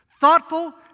Thoughtful